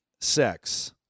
sex